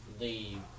leave